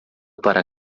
para